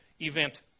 event